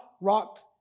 rocked